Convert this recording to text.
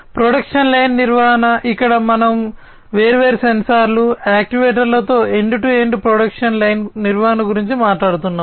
production line నిర్వహణ ఇక్కడ మనము వేర్వేరు సెన్సార్లు యాక్యుయేటర్లతో end to end production line నిర్వహణ గురించి మాట్లాడుతున్నాము